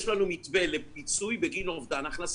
יש לנו מתווה לפיצוי בגין אובדן הכנסה.